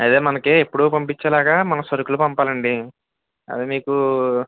అదే మనకు ఎప్పుడు పంపించేలాగా మన సరుకులు పంపాలండి అది మీకు